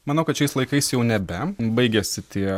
manau kad šiais laikais jau nebe baigėsi tie